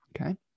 Okay